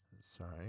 Sorry